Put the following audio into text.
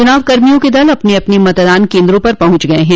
च्नाव कर्मियो के दल अपने अपने मतदान केन्द्रों पर पहुंच गये हैं